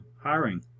hiring